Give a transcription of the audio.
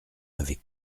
avec